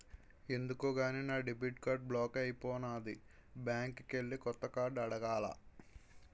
ఎందుకో గాని నా డెబిట్ కార్డు బ్లాక్ అయిపోనాది బ్యాంకికెల్లి కొత్త కార్డు అడగాల